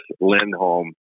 Lindholm